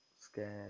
scared